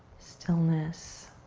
stillness.